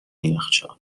یخچال